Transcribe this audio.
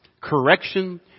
correction